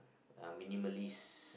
I'm minimalist